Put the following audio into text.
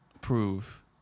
prove